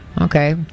okay